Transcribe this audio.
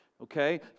Okay